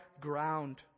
ground